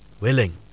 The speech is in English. willing